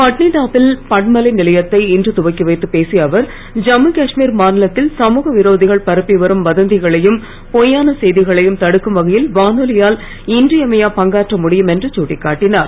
பட்னிடாப்பில் பண்பலை நிலையத்தை இன்று துவக்கி வைத்து பேசிய அவர் ஜம்மூ காஷ்மீர் மாநிலத்தில் சமூக விரோதிகள் பரப்பி வரும் வதந்திகளையும் பொய்யான செய்திகளையும் தடுக்கும் வகையில் வானொலியால் இன்றியமையா பங்காற்ற முடியும் என்று சுட்டிக் காட்டினார்